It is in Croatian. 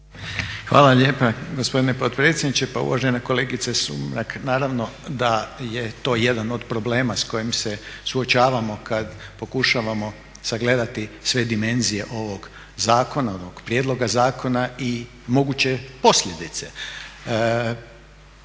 Hvala lijepa gospodine potpredsjedniče. Pa uvažena kolegice Sumrak naravno da je to jedan od problema s kojim se suočavamo kad pokušavamo sagledati sve dimenzije ovog zakona, ovog prijedloga zakona i moguće posljedice.